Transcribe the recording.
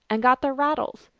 and got their rattles,